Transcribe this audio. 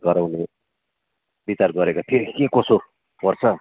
गराउने विचार गरेको थिएँ के कसो पर्छ